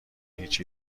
هیچ